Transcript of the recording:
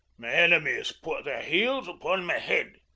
me enemies put their heels upon me head!